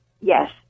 Yes